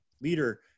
leader